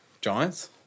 Giants